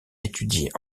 étudier